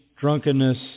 drunkenness